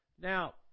Now